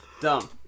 Dumb